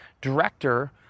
director